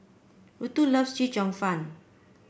Rutha loves Chee Cheong Fun